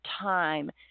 time